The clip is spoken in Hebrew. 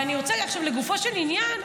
לגופו של עניין,